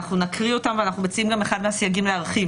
אנחנו נקריא אותם ואנחנו מציעים באחד מהם להרחיב.